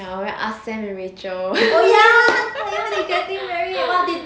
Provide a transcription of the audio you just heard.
ya ask them and rachel